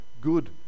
good